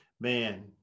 man